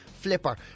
Flipper